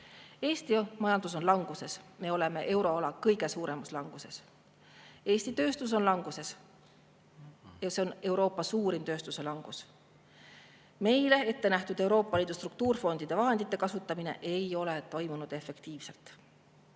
Eesti majandus on languses, me oleme euroala kõige suuremas languses. Eesti tööstus on languses ja see on Euroopa suurim tööstuse langus. Meile ettenähtud Euroopa Liidu struktuurfondide vahendite kasutamine ei ole toimunud efektiivselt.